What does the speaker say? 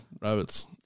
Rabbits